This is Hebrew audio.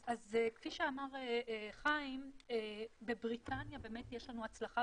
אז, כפי שאמר חיים, בבריטניה באמת יש הצלחה.